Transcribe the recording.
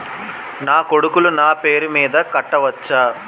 నా కొడుకులు నా పేరి మీద కట్ట వచ్చా?